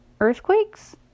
earthquakes